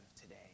today